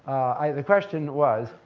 the question was,